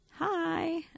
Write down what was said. Hi